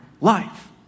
life